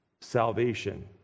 salvation